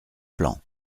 plan